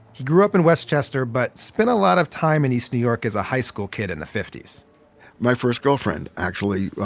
he grew up in westchester but spent a lot of time in east new york as a high school kid in the fifty point s my first girlfriend, actually,